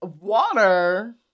Water